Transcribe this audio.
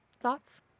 Thoughts